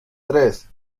tres